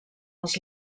als